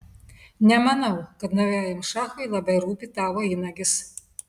nemanau kad naujajam šachui labai rūpi tavo įnagis